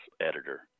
editor